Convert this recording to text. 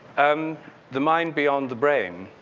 um the mind beyond the brain.